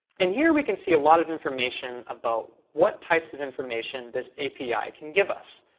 and here we can see a lot of information about what types of information this api can give us.